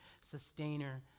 sustainer